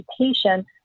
education